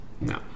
No